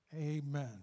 Amen